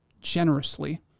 generously